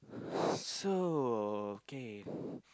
so okay